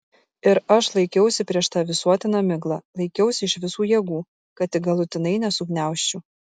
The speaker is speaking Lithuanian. ir aš laikiausi prieš tą visuotiną miglą laikiausi iš visų jėgų kad tik galutinai nesugniaužčiau